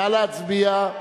נא להצביע.